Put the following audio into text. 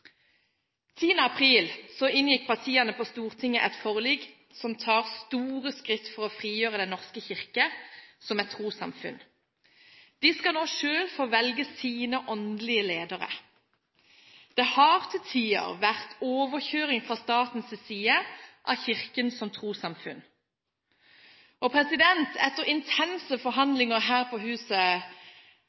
april 2008 inngikk partiene på Stortinget et forlik som tok store skritt for å frigjøre Den norske kirke som et trossamfunn. De skal nå selv få velge sine åndelige ledere. Det har til tider vært overkjøring fra statens side av Kirken som trossamfunn. Etter intense forhandlinger her på huset